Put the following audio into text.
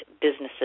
businesses